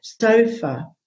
sofa